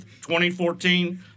2014